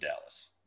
Dallas